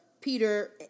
Peter